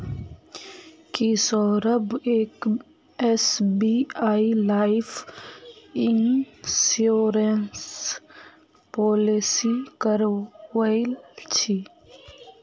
की Saurabh SBI life insurance policy करवइल छि